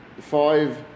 five